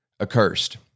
accursed